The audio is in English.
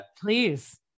please